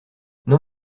non